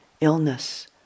illness